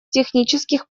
технических